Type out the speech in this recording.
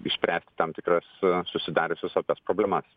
išspręsti tam tikras susidariusias opias problemas